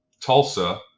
Tulsa